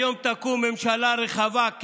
היום תקום ממשלה רחבה.